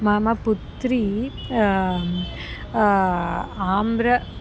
मम पुत्री आम्रम्